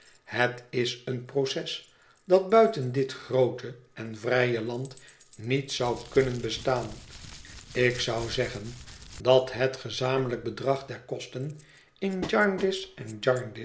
het is een proces dat buiten dit groote en vrije land niet zou kunnen bestaan ik zou zeggen dat het gezamenlijk bedrag der kosten in jarndyce en